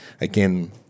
again